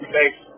Thanks